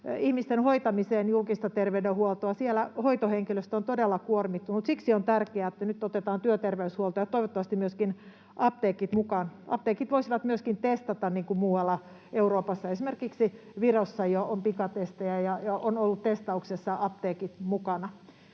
ihmisten hoitamiseen, julkista terveydenhuoltoa. Siellä hoitohenkilöstö on todella kuormittunut. Siksi on tärkeää, että nyt otetaan työterveyshuolto ja toivottavasti myöskin apteekit mukaan. Apteekit voisivat myöskin testata, niin kuin muualla Euroopassa. Esimerkiksi Virossa on jo pikatestejä ja ovat olleet testauksessa apteekit mukana.